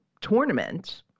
tournament